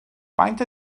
faint